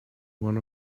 one